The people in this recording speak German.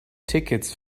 tickets